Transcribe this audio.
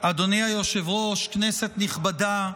אדוני היושב-ראש, כנסת נכבדה,